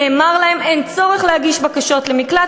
נאמר להם: אין צורך להגיש בקשות למקלט,